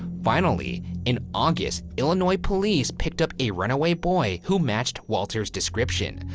finally, in august, illinois police picked up a runaway boy who matched walter's description.